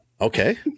Okay